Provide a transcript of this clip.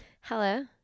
Hello